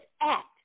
act